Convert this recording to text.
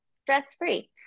stress-free